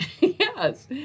yes